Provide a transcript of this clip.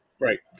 right